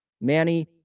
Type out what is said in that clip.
Manny